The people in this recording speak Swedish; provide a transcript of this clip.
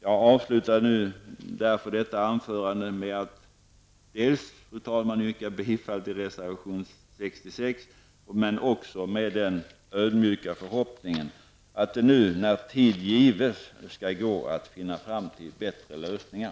Jag avslutar därför detta anförande med att dels yrka bifall till reservation 66, dels med den ödmjuka förhoppningen att det nu när tid gives skall gå att komma fram till bättre lösningar.